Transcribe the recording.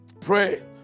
Pray